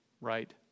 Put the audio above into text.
right